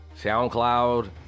SoundCloud